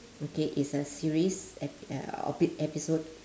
okay it's a series ep~ episode